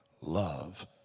love